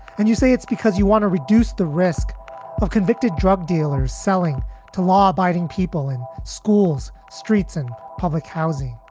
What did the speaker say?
and you say it's because you want to reduce the risk of convicted drug dealers selling to law abiding people in schools, streets and public housing.